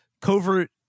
covert